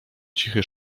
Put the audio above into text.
cichy